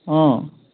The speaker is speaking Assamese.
অ